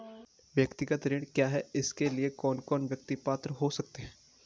व्यक्तिगत ऋण क्या है इसके लिए कौन कौन व्यक्ति पात्र हो सकते हैं?